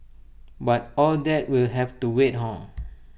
but all that will have to wait hor